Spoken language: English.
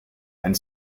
and